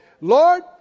Lord